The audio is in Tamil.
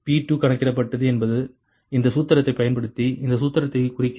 P2 கணக்கிடப்பட்டது என்பது இந்த சூத்திரத்தைப் பயன்படுத்தி இந்த சூத்திரத்தைக் குறிக்கிறது